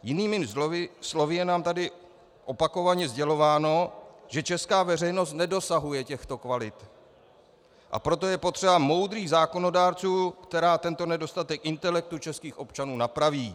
Jinými slovy, je nám tady opakovaně sdělováno, že česká veřejnost nedosahuje těchto kvalit, a proto je potřeba modrých zákonodárců, kteří tento nedostatek intelektu českých občanů napraví.